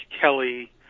Kelly